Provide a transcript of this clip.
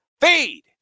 feed